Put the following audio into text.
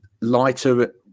lighter